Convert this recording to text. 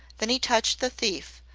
then he touched the thief,